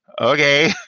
Okay